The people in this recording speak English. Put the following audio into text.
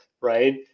right